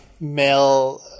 male